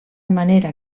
manera